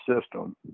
system